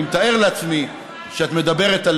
אני מתאר לעצמי שאת מדברת על